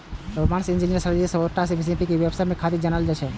Roman engineer Sergius Orata के सीप के व्यवसाय खातिर जानल जाइ छै